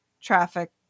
traffic